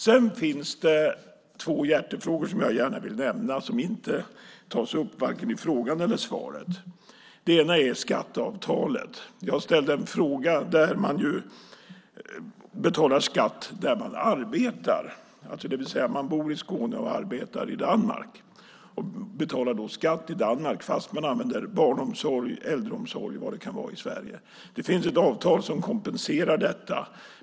Sedan finns det två hjärtefrågor som jag gärna vill nämna men som inte tas upp i vare sig interpellationen eller svaret. Den ena är skatteavtalet. Jag har ställt en fråga om gränskommuner och skatt - att betala skatt där man arbetar. Man bor i Skåne, arbetar i Danmark och betalar då skatt i Danmark fast man använder barnomsorg, äldreomsorg i Sverige. Det finns ett avtal för att kompensera för detta.